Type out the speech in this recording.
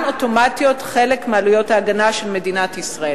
אוטומטית חלק מעלויות ההגנה של מדינת ישראל.